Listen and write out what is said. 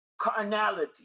carnality